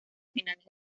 finales